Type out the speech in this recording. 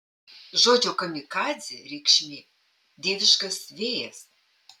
žodžio kamikadzė reikšmė dieviškas vėjas